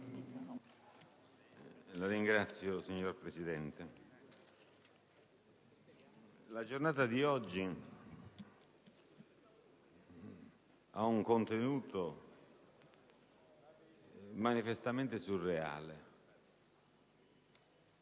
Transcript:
la giornata di oggi ha un contenuto manifestamente surreale.